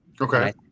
Okay